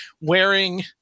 wearing